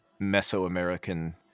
Mesoamerican